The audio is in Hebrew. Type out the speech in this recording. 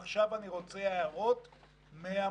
עכשיו אני רוצה הערות מהמועצות.